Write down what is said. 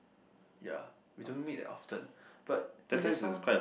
ya we don't meet that often but it just sounds